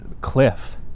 cliff